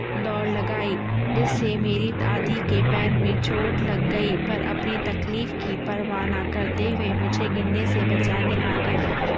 دوڑ لگائی جس سے میری دادی کے پیر میں چوٹ لگ گئی پر اپنی تکلیف کی پرواہ نہ کرتے ہوئے مجھے گرنے سے بچانے آ گئے